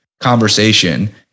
conversation